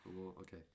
Okay